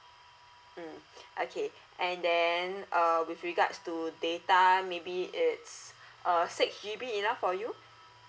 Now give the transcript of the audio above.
mm okay and then uh with regards to data maybe it's uh six G_B enough for you